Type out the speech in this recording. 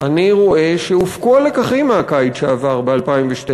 אני רואה שהופקו הלקחים מהקיץ שעבר, ב-2012.